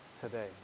today